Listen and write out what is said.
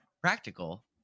practical